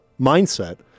mindset